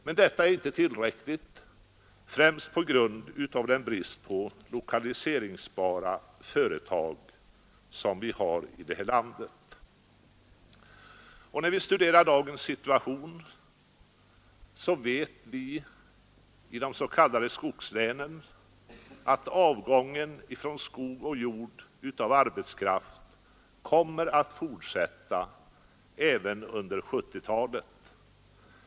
Men detta är inte tillräckligt — främst på grund av bristen på lokaliseringsbara företag i det här landet. När vi studerar dagens situation så vet vi i de s.k. skogslänen att avgången ifrån skog och jord av arbetskraft kommer att fortsätta även under 1970-talet.